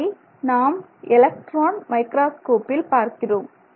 இதை நாம் எலக்ட்ரான் மைக்ரோஸ்கோப்பில் பார்க்கிறோம்